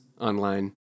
online